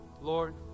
lord